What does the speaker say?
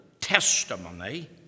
testimony